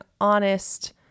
honest